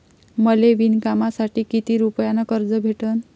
मले विणकामासाठी किती रुपयानं कर्ज भेटन?